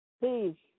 Please